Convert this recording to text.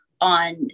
on